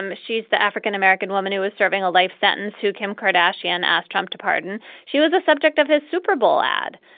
and she's the african-american woman who is serving a life sentence. who kim cardassian asked trump to pardon she was the subject of his super bowl ad.